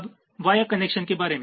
अब via connection के बारे में